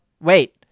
Wait